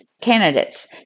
candidates